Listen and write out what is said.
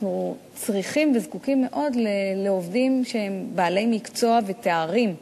אנחנו צריכים וזקוקים מאוד לעובדים שהם בעלי מקצוע ותארים אקדמיים,